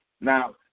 Now